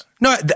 No –